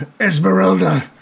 Esmeralda